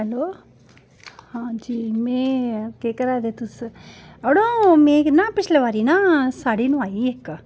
hello हां जी में केह् करै दे तुस अड़ो में न पिछले बारी न साह्ड़ी मंगोआई इक